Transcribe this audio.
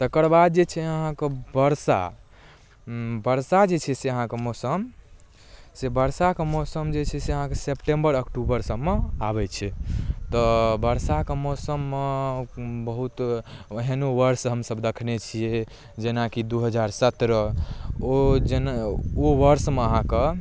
तकरबाद जे छै अहाँ कऽ बर्षा बर्षा जे छै से अहाँ कऽ मौसम से बर्षा कऽ मौसम जे छै से अहाँके सेप्टेम्बर अक्टूबर सबमे आबैत छै तऽ बर्षा कऽ मौसममे बहुत एहनो वर्ष हमसब देखने छियै जेनाकी दू हजार सत्रह ओ जे ओ वर्षमे अहाँ कऽ